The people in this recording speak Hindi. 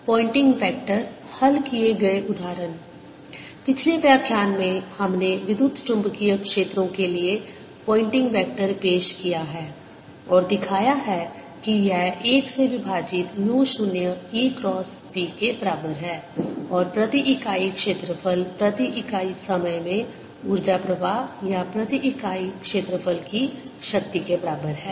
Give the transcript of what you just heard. पोयनेटिंग वेक्टर हल किए गए उदाहरण पिछले व्याख्यान में हमने विद्युतचुम्बकीय क्षेत्रों के लिए पोयनेटिंग वेक्टर पेश किया है और दिखाया है कि यह 1 से विभाजित म्यू 0 E क्रॉस B के बराबर है और प्रति इकाई क्षेत्रफल प्रति इकाई समय में ऊर्जा प्रवाह या प्रति इकाई क्षेत्रफल की शक्ति के बराबर है